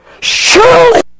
surely